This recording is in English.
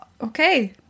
Okay